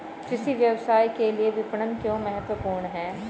कृषि व्यवसाय के लिए विपणन क्यों महत्वपूर्ण है?